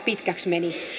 pitkäksi meni